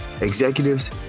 executives